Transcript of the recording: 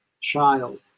child